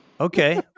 okay